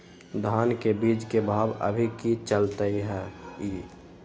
धान के बीज के भाव अभी की चलतई हई?